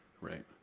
right